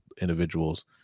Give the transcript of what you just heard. individuals